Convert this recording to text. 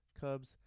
Cubs